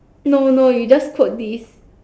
no no you just quote this